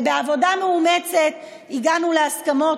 בעבודה מאומצת הגענו להסכמות.